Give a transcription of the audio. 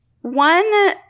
one